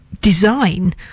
design